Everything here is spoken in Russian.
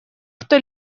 кто